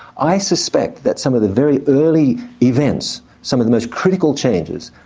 i suspect that some of the very early events, some of the most critical changes,